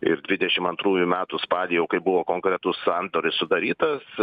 ir dvidešimt antrųjų metų spalį jau kai buvo konkretus sandoris sudarytas